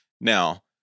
Now